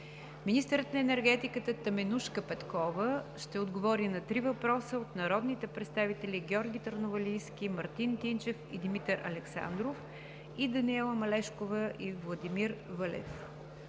Министърът на енергетиката Теменужка Петкова ще отговори на три въпроса от народните представители Георги Търновалийски, Мартин Тинчев и Димитър Александров; Даниела Малешкова и Владимир Вълев.